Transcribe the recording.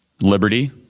liberty